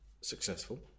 successful